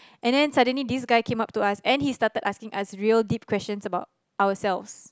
and then suddenly this guy came up to us and he started asking us real deep questions about ourselves